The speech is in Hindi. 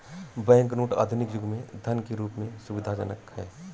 बैंक नोट आधुनिक युग में धन के रूप में सुविधाजनक हैं